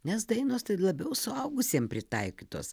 nes dainos tai labiau suaugusiem pritaikytos